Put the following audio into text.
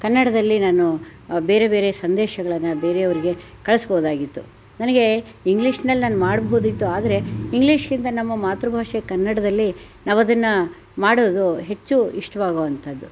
ಕನ್ನಡದಲ್ಲಿ ನಾನು ಬೇರೆ ಬೇರೆ ಸಂದೇಶಗಳನ್ನ ಬೇರೆಯವ್ರಿಗೆ ಕಳಿಸ್ಬೋದಾಗಿತ್ತು ನನಗೆ ಇಂಗ್ಲೀಷ್ನಲ್ಲಿ ನಾನು ಮಾಡ್ಬೋದಿತ್ತು ಆದರೆ ಇಂಗ್ಲೀಷಿಗಿಂತ ನಮ್ಮ ಮಾತೃ ಭಾಷೆ ಕನ್ನಡದಲ್ಲಿ ನಾವದನ್ನು ಮಾಡೋದು ಹೆಚ್ಚು ಇಷ್ಟವಾಗೋವಂಥದ್ದು